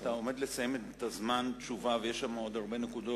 אתה עומד לסיים את זמן התשובה ויש עוד הרבה נקודות,